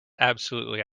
absolutely